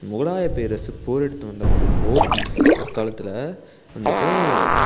முகலாய பேரரசு போர் எடுத்து வந்தப்போது அவர் காலத்தில் வந்துட்டு